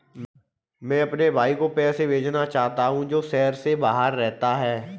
मैं अपने भाई को पैसे भेजना चाहता हूँ जो शहर से बाहर रहता है